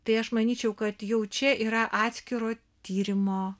tai aš manyčiau kad jau čia yra atskiro tyrimo